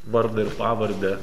vardą ir pavardę